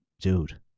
dude